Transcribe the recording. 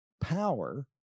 power